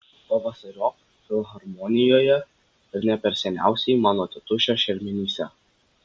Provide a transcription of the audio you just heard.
pavasariop filharmonijoje ir ne per seniausiai mano tėtušio šermenyse